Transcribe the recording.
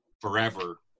forever